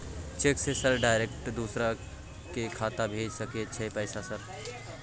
Cheque से sir direct दूसरा के खाता में भेज सके छै पैसा सर?